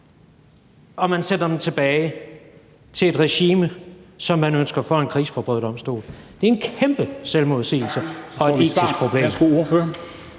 Man sender dem tilbage til et regime, som man ønsker stillet for en krigsforbryderdomstol. Det er en kæmpe selvmodsigelse og et etisk problem.